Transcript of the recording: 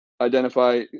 identify